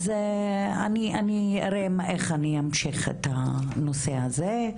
אז אני אראה איך אני אמשיך את הנושא הזה.